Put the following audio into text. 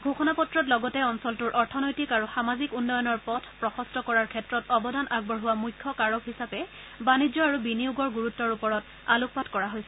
ঘোষণাপত্ৰত লগতে অঞ্চলটোৰ অৰ্থনৈতিক আৰু সামাজিক উন্নয়নৰ পথপ্ৰশস্ত কৰাৰ ক্ষেত্ৰত অৱদান আগবঢ়োৱা মুখ্য কাৰক হিচাপে বাণিজ্য আৰু বিনিয়োগৰ গুৰুত্ব ওপৰতো আলোকপাত কৰা হৈছে